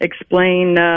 explain